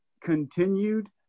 continued